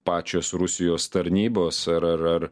pačios rusijos tarnybos ar ar ar